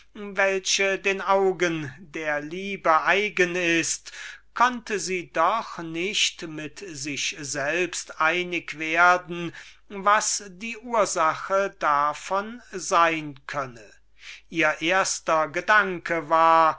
welche den augen der liebe eigen ist konnte sie doch nicht mit sich selbst einig werden was die ursache davon sein könne ihr erster gedanke war